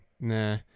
nah